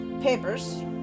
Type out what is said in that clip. papers